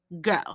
go